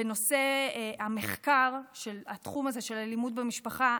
בנושא המחקר של התחום הזה של אלימות במשפחה,